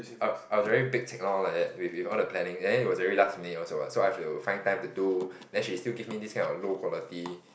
I I was very pek-cek lor like that with with all the planning then it was already very last minute also what so I have to find time to do then she still give me this kind of low quality